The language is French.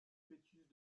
fœtus